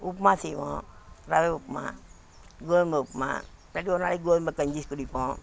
உப்புமா செய்வோம் ரவை உப்புமா கோதுமை உப்புமா தட் ஒரு நாளைக்கு கோதுமை கஞ்சி குடிப்போம்